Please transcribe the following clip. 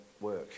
work